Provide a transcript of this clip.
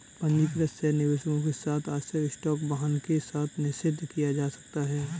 पंजीकृत शेयर निवेशकों के साथ आश्चर्य स्टॉक वाहन के साथ निषिद्ध किया जा सकता है